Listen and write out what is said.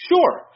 Sure